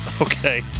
Okay